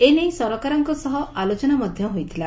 ଏନେଇ ସରକାରଙ୍କ ସହ ଆଲୋଚନା ମଧ୍ଧ ହୋଇଥିଲା